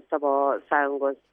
savo sąjungos